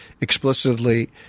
explicitly